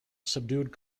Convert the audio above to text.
subdued